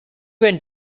went